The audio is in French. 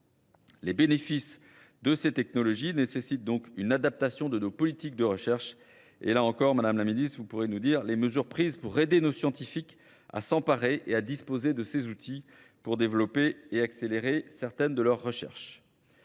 Les bénéfices de ces technologies nécessitent donc une adaptation de nos politiques de recherche. Et là encore, Madame la Ministre, vous pourrez nous dire les mesures prises pour aider nos scientifiques à s'emparer et à disposer de ces outils pour développer et accélérer certaines de leurs recherches.